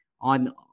on